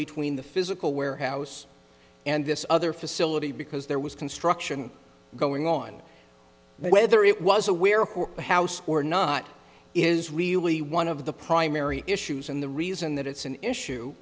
between the physical warehouse and this other facility because there was construction going on but whether it was aware of the house or not is really one of the primary issues and the reason that it's an issue